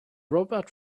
robot